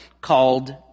called